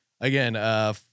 again